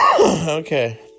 Okay